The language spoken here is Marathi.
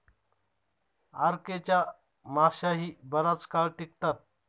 आर.के च्या माश्याही बराच काळ टिकतात